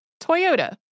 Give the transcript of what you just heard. Toyota